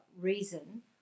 reason